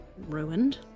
Ruined